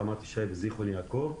רמת ישי וזיכרון יעקב.